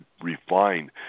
refine